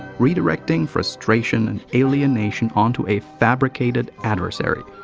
redirecting frustration and alienation onto a fabricated adversary.